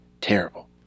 terrible